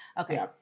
Okay